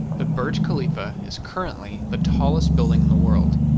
the burj khalifa is currently the tallest building in the world.